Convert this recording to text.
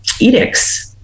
edicts